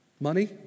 money